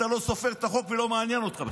אתה לא סופר את החוק והוא לא מעניין אותך בכלל.